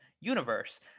universe